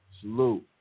salute